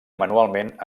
manualment